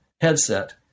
headset